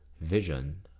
vision